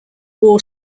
war